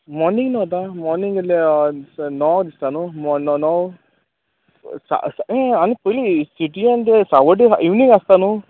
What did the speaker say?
morning न्हय आतां मॉनींग कितले णव दिसता न्हय मॉ णॉ णव सा सा हें आनी पयली सिटियन तें सावड्डे हा इ वी एक आसता न्हय